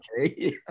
okay